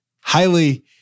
highly